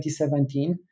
2017